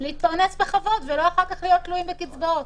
להתפרנס בכבוד ולא להיות תלויים בקצבאות?